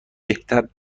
بهتر